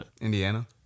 Indiana